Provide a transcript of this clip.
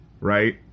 right